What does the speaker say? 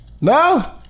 No